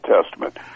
Testament